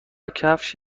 کفش